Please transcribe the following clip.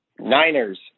Niners